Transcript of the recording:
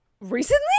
Recently